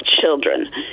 children